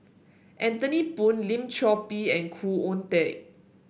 Anthony Poon Lim Chor Pee and Khoo Oon Teik